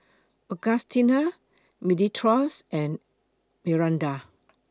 Augustina Dimitrios and Miranda